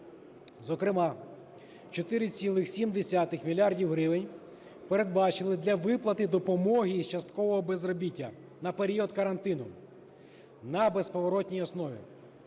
Зокрема, 4,7 мільярда гривень передбачили для виплати допомоги з часткового безробіття на період карантину на безповоротній основі.